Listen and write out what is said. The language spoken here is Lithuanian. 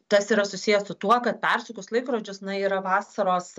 tas yra susijęs su tuo kad persukus laikrodžius na yra vasaros